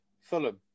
Fulham